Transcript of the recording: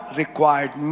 required